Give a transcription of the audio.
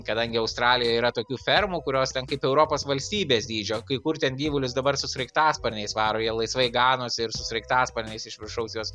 kadangi australijoj yra tokių fermų kurios ten kaip europos valstybės dydžio kai kur ten gyvulius dabar su sraigtasparniais varo jie laisvai ganosi ir su sraigtasparniais iš viršaus juos